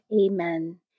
Amen